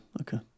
okay